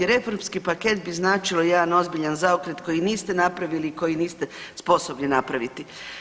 Reformski paket bi značilo jedan ozbiljan zaokret koji niste napravili i koji niste sposobni napraviti.